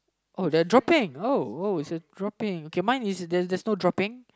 oh they are dropping oh oh it's a dropping K mine is there's no dropping